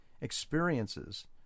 experiences